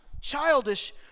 childish